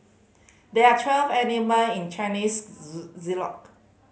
there are twelve animal in Chinese